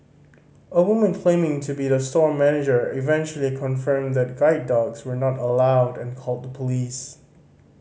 a woman claiming to be the store manager eventually confirmed that guide dogs were not allowed and called the police